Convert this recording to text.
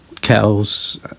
kettles